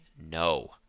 no